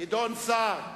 גדעון סער